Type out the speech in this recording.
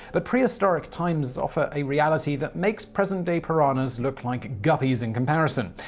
but prehistoric times offer a reality that makes present day piranhas look like guppies in comparison.